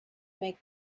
make